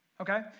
Okay